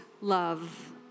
love